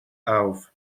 auf